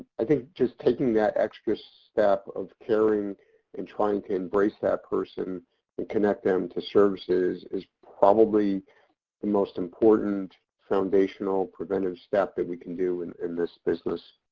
i think just taking that extra step of caring and trying to embrace that person and connect them to services is probably the most important foundational preventative step that we can do and in this business.